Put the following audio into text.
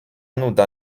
nuda